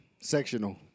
sectional